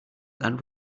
than